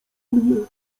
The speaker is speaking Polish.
mnie